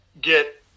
get